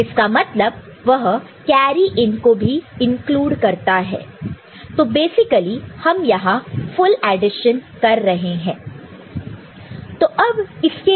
इसका मतलब वह कैरी इन को भी इंक्लूड करता है तो बेसिकली हम यहां फुल एडिशन कर रहे हैं